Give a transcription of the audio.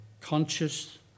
conscious